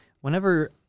whenever